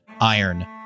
iron